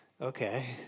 okay